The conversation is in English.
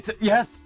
Yes